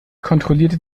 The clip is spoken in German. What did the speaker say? kontrollierte